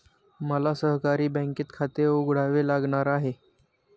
मला सहकारी बँकेत खाते उघडावे लागणार आहे